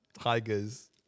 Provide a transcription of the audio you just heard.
tigers